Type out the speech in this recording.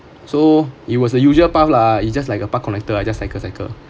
so it was the usual path lah it's just like a park connector I just cycle cycle